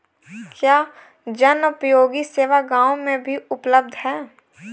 क्या जनोपयोगी सेवा गाँव में भी उपलब्ध है?